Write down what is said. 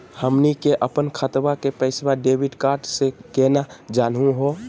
हमनी के अपन खतवा के पैसवा डेबिट कार्ड से केना जानहु हो?